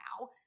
now